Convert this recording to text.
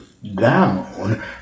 down